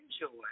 enjoy